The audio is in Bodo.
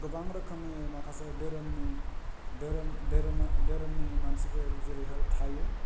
गोबां रोखोमनि माखासे धोरोमनि धोरोम धोरोमा धोरोमनि मानसिफोर जेरैहाय थायो